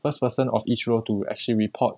first person of each row to actually report